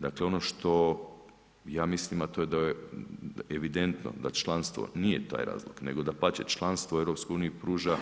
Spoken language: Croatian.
Dakle ono što ja mislim a to je da je evidentno da članstvo nije taj razlog nego dapače, članstvo u EU pruža